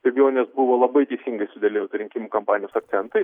ir jo net buvo labai teisingai sudėlioti rinkimų kampanijos akcentai